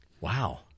Wow